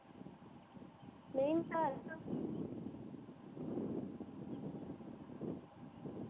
नेईं घर गै